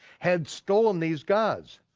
had stolen these gods.